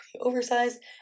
oversized